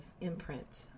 imprint